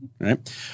Right